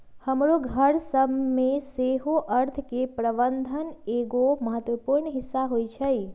हमरो घर सभ में सेहो अर्थ के प्रबंधन एगो महत्वपूर्ण हिस्सा होइ छइ